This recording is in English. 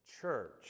church